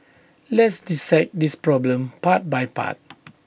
let's dissect this problem part by part